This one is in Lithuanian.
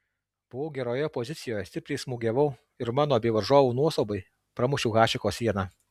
buvau geroje pozicijoje stipriai smūgiavau ir mano bei varžovų nuostabai pramušiau hašeko sieną